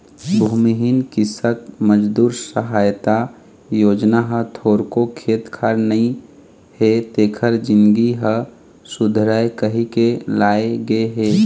भूमिहीन कृसक मजदूर सहायता योजना ह थोरको खेत खार नइ हे तेखर जिनगी ह सुधरय कहिके लाए गे हे